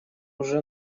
уже